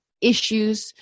issues